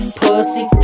pussy